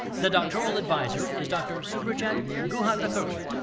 the doctoral advisor is dr. subhrajit guhathakurta.